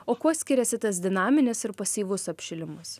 o kuo skiriasi tas dinaminis ir pasyvus apšilimas